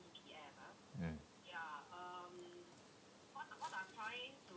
mm